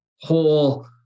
whole